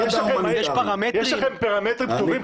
יש לכם פרמטרים כתובים?